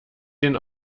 den